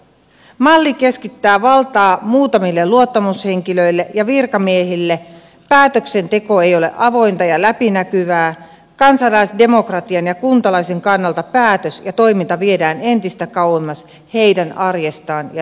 malli keskittää valtaa muutamille luottamushenkilöille ja virkamiehille päätöksenteko ei ole avointa ja läpinäkyvää kansalaisten demokratian ja kuntalaisten kannalta päätös ja toiminta viedään entistä kauemmas heidän arjestaan ja läheisyydestään